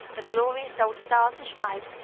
the glorious old stars and stripes,